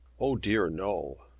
o dear no.